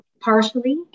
partially